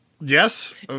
Yes